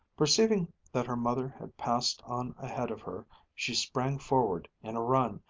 perceiving that her mother had passed on ahead of her she sprang forward in a run.